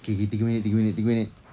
okay okay tiga minit tiga minit tiga minit